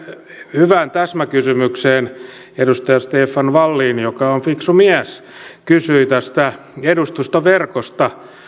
hyvään täsmäkysymykseen edustaja stefan wallin joka on fiksu mies kysyi edustustoverkosta